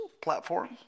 platform